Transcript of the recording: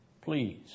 Please